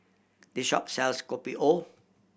this shop sells Kopi O